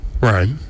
Right